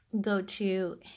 go-to